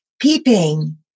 peeping